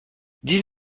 dix